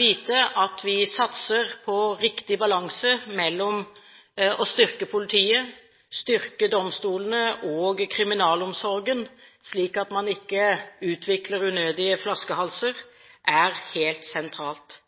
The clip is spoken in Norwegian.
vite at vi satser på riktig balanse mellom å styrke politiet, styrke domstolene og kriminalomsorgen, slik at man ikke utvikler unødige flaskehalser, er helt sentralt.